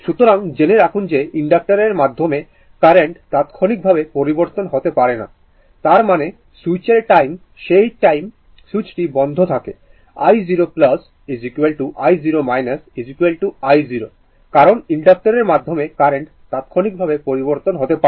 সুতরাং জেনে রাখুন যে ইনডাক্টরের মাধ্যমে কারেন্ট তাৎক্ষণিকভাবে পরিবর্তন হতে পারে না তার মানে সুইচের টাইম সেই টাইম সুইচটি বন্ধ থাকে i0 i0 i0 কারণ ইনডাক্টরের মাধ্যমে কারেন্ট তাৎক্ষণিকভাবে পরিবর্তন হতে পারে না